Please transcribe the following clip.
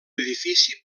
edifici